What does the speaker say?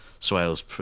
Swales